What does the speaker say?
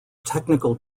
technical